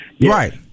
Right